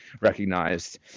recognized